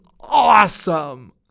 awesome